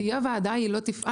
תהיה ועדה, היא לא תפעל.